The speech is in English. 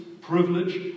privilege